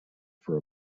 for